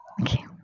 Okay